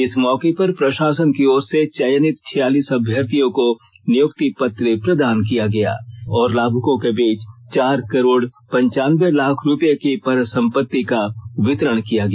इस मौके पर प्रशासन की ओर से चयनित छियालीस अभ्यर्थियों को नियुक्ति पत्र प्रदान किया गया और लाभुकों के बीच चार करोड पनचानबे लाख रुपये की परिसंपति का वितरण किया गया